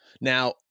now